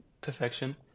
perfection